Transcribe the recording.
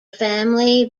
family